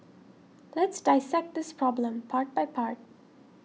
let's dissect this problem part by part